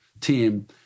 team